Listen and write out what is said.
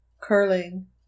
curling